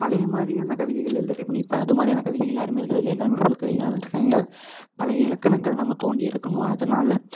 பழைய மாதிரியான கவிதைகளை எழுத ட்ரை பண்ணு இப்போ அதுமாதிரியான கவிதைகள் யாருமே எழுதுறதில்லை எல்லாமே புது கவிதைகள் தான் எழுதிகிட்டுருக்காங்க பழைய இலக்கணங்கள் நம்ம தோண்டி எடுக்கணும் அதனால்